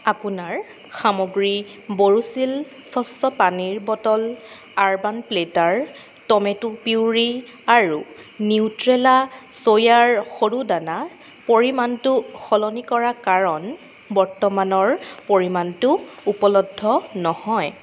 আপোনাৰ সামগ্ৰী বৰোচিল স্বচ্ছ পানীৰ bottle Urban Platter tomato puree আৰু নিউট্ৰেলা চ'য়াৰ সৰু দানা পৰিমাণটো সলনি কৰা কাৰণ বৰ্তমানৰ পৰিমাণটো উপলব্ধ নহয়